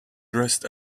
dressed